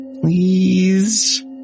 please